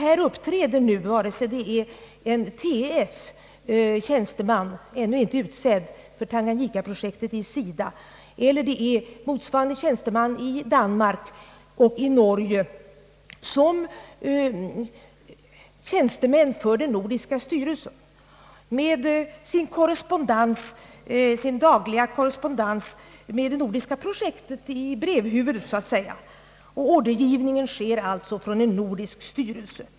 Här uppträder nu en tjänsteman — vare sig det är en t. f. sådan för Tanganyika-projektet i SIDA eller en motsvarande tjänsteman i Danmark eller i Norge — såsom representant för den nordiska styrelsen och i sin korrespondens med mottagarlandet har han det nordiska projektet S. a. s. i brevhuvudet. Ordergivningen sker alltså från den nordiska styrelsen.